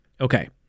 Okay